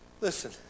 Listen